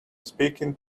speaking